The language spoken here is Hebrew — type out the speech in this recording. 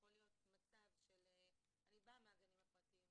שיכול להיות מצב --- אני באה מהגנים הפרטיים.